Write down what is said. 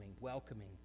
welcoming